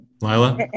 Lila